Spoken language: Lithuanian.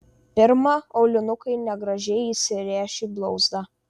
pirma aulinukai negražiai įsiręš į blauzdą